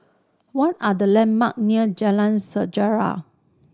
what are the landmark near Jalan Sejarah